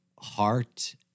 heart